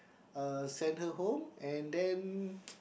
uh send her home and then